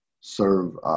serve